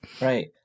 Right